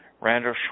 Randall